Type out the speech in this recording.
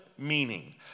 meaning